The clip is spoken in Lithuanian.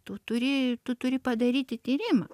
tu turi tu turi padaryti tyrimą